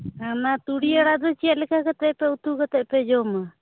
ᱚᱱᱟ ᱛᱩᱲᱤ ᱟᱲᱟᱜ ᱫᱚ ᱪᱮᱫ ᱞᱮᱠᱟ ᱠᱟᱛᱮᱫ ᱩᱛᱩ ᱠᱟᱛᱮᱫ ᱯᱮ ᱡᱚᱢᱟ